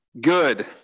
good